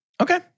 Okay